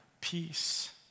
peace